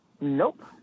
Nope